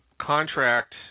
contract –